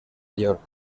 york